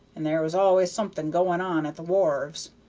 and there was always something going on at the wharves.